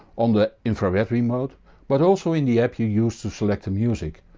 on the infrared remote but also in the app you use to select the music,